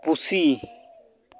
ᱯᱩᱥᱤ